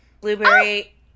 Blueberry